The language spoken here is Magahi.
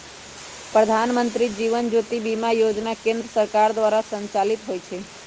प्रधानमंत्री जीवन ज्योति बीमा जोजना केंद्र सरकार द्वारा संचालित होइ छइ